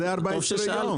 זה 14 יום.